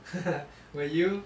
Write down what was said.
were you